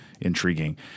intriguing